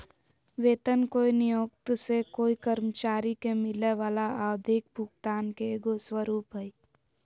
वेतन कोय नियोक्त से कोय कर्मचारी के मिलय वला आवधिक भुगतान के एगो स्वरूप हइ